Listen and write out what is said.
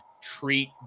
treat